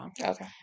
Okay